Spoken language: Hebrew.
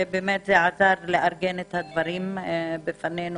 זה עזר לארגן את הדברים בפנינו,